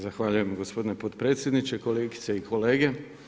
Zahvaljujem gospodine podpredsjedniče, kolegice i kolege.